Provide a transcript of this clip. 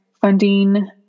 funding